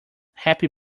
happy